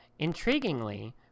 Intriguingly